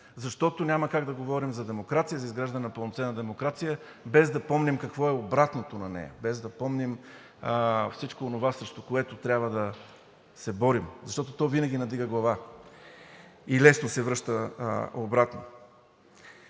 режим. Няма как да говорим за демокрация, за изграждане на пълноценна демокрация, без да помним какво е обратното на нея, без да помним всичко онова, срещу което трябва да се борим, защото то винаги надига глава и лесно се връща обратно.